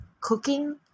cooking